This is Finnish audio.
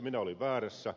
minä olin väärässä